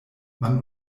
man